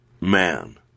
man